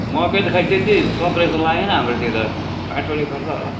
मकै त खोइ त्यति सप्रेको जस्तो लागेन हाम्रोतिर माटोले गर्दा होला हौ